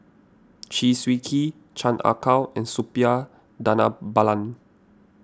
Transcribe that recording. Chew Swee Kee Chan Ah Kow and Suppiah Dhanabalan